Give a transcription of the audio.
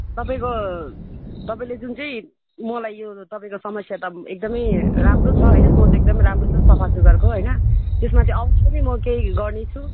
तपाईँको तपाईँले जुन चाहिँ मलाई यो तपाईँको समस्या त एकदमै राम्रो छ होइन सोच एकदमै राम्रो छ सफासुग्घरको होइन त्यसमा चाहिँ अवश्य नै म केही गर्नेछु